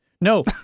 No